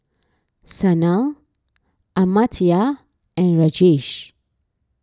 Sanal Amartya and Rajesh